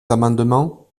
amendements